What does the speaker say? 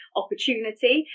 opportunity